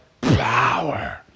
power